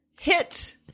hit